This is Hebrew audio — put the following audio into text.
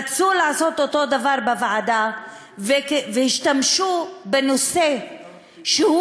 רצו לעשות אותו דבר בוועדה והשתמשו בנושא שהוא